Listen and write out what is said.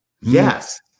Yes